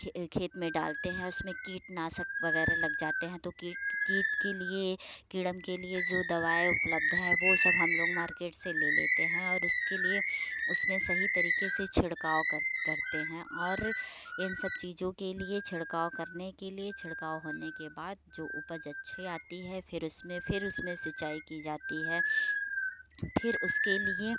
खेत में डालते हैं उसमें कीटनाशक वगैरह लग जाते हैं तो कीट कीट के लिए कीड़म के लिए जो दवाई उपलब्ध है वो सब हम मार्केट से ले लेते है और उसके लिए उसमें सही तरीके से छिड़काव कर करते हैं और इन सब चीज़ों के लिए छिड़काव करने के लिए छिड़काव होने के बाद जो उपज अच्छे आती है फिर उसमें फिर उसमें सिंचाई की जाती है फिर उसके लिए